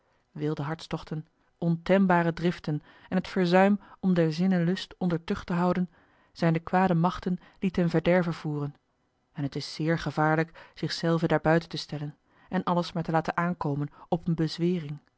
wilde hartstochten ontembare driften en t verzuim om der zinnen lust onder tucht te houden zijn de kwade machten die ten verderve voeren en het is zeer gevaarlijk zich zelven daarbuiten te stellen en alles maar te laten aankomen op eene